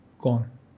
gone